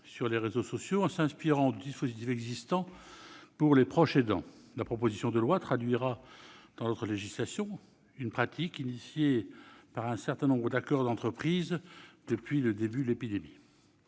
sur les réseaux sociaux, s'inspirant du dispositif existant pour les proches aidants. La proposition de loi vise à traduire dans notre législation une pratique inaugurée par un certain nombre d'accords d'entreprises depuis le début de l'épidémie.